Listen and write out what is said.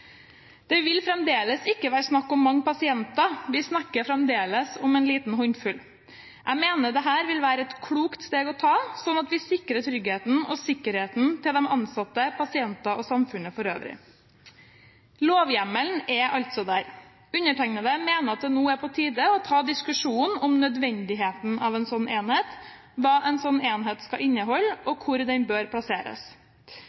Det vil fremdeles ikke være snakk om mange pasienter. Vi snakker fremdeles om en liten håndfull. Jeg mener dette vil være et klokt steg å ta, slik at vi sikrer tryggheten og sikkerheten til de ansatte, pasienter og samfunnet for øvrig. Lovhjemmelen er altså der. Undertegnede mener at det nå er på tide å ta diskusjonen om nødvendigheten av en slik enhet, hva en slik enhet skal inneholde, og hvor den bør plasseres.